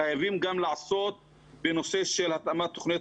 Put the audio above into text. חייבים גם לעסוק בנושא של התאמת תוכניות